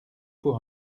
pour